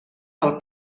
del